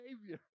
Savior